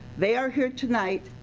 they are here tonight,